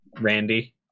Randy